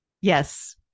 yes